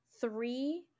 three